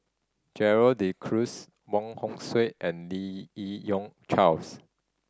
Gerald De Cruz Wong Hong Suen and Lim Yi Yong Charles